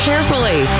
Carefully